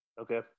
Okay